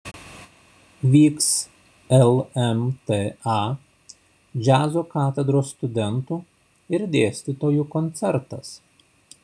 vyks lmta džiazo katedros studentų ir dėstytojų koncertas